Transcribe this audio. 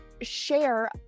share